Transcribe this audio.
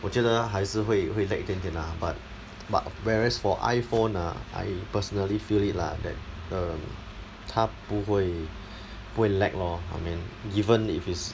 我觉得还是会会 lag 一点点 lah but but whereas for iPhone ah I personally feel it lah that 它不会 lag lor I mean given if it's